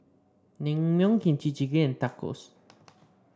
Naengmyeon Kimchi Jjigae and Tacos